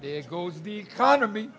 there goes the economy